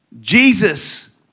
Jesus